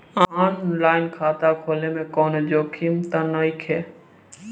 आन line खाता खोले में कौनो जोखिम त नइखे?